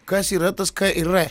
kas yra tas k ir r